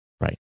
right